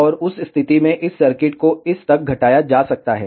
और उस स्थिति में इस सर्किट को इस तक घटाया जा सकता है